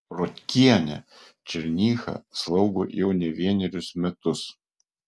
rotkienė černychą slaugo jau ne vienerius metus